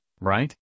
right